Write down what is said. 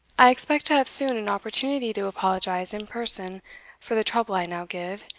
i expect to have soon an opportunity to apologize in person for the trouble i now give,